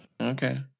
Okay